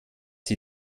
sie